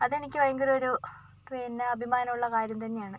അത് എനിക്ക് ഭയങ്കര ഒരു പിന്ന അഭിമാനം ഉള്ളൊരു കാര്യം തന്നെയാണ്